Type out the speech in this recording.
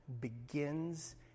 begins